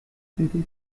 critic